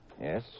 Yes